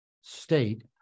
state